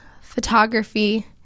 photography